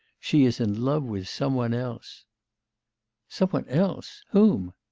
she is in love with some one else some one else? whom